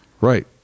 Right